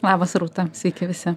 labas rūta sveiki visi